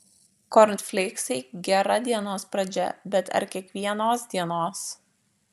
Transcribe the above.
kornfleiksai gera dienos pradžia bet ar kiekvienos dienos